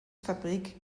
fabrik